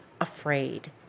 afraid